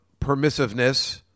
permissiveness